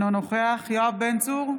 אינו נוכח יואב בן צור,